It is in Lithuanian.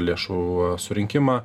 lėšų surinkimą